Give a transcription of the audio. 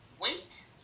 wait